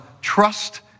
trust